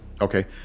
Okay